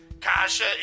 Kasha